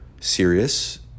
serious